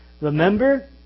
Remember